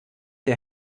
der